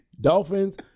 dolphins